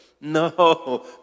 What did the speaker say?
No